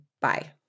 bye